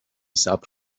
صبر